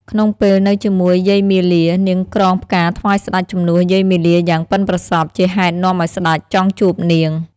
ក្នុងពេលនៅជាមួយយាយមាលា នាងក្រងផ្កាថ្វាយស្តេចជំនួសយាយមាលាយ៉ាងប៉ិនប្រសប់ ជាហេតុនាំឱ្យស្តេចចង់ជួបនាង។